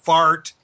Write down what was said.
Fart